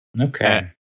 Okay